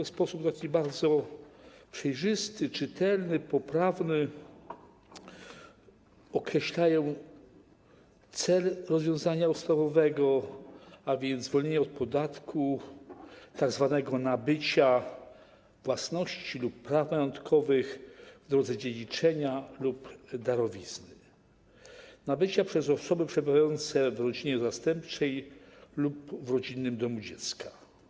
W sposób taki bardzo przejrzysty, czytelny, poprawny, określają one cel rozwiązania ustawowego, a więc zwolnienie od podatku tzw. nabycia własności lub praw majątkowych w drodze dziedziczenia lub darowizny, nabycia przez osoby przebywające w rodzinie zastępczej lub w rodzinnym domu dziecka.